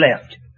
left